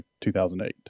2008